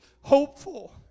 hopeful